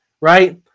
right